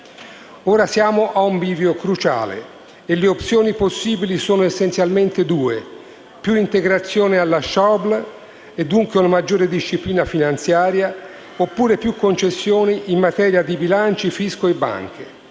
Ora siamo ad un bivio cruciale e le opzioni possibili sono essenzialmente due: più integrazione alla Schäuble, e dunque una maggiore disciplina finanziaria, oppure più concessioni in materia di bilanci, fisco e banche.